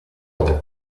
world